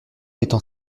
étant